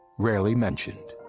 rarely mentioned.